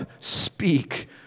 speak